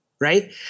right